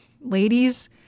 ladies